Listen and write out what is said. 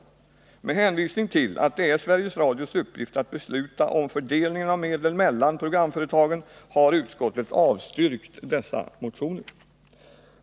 Med hänvisning till att det är Sveriges Radios uppgift att besluta om fördelningen av medel mellan programföretagen har utskottet avstyrkt dessa motioner.